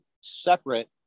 separate